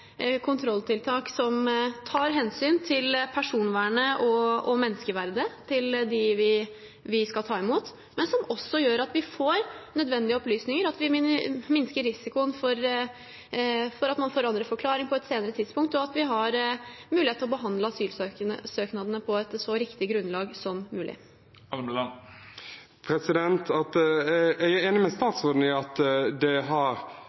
kontrolltiltak som tar hensyn til personvernet og menneskeverdet til dem vi skal ta imot, men som også gjør at vi får nødvendige opplysninger, minsker risikoen for at man forandrer forklaring på et senere tidspunkt, og at vi har mulighet til å behandle asylsøknadene på et så riktig grunnlag som mulig. Jeg er enig med statsråden i at det er